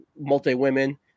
multi-women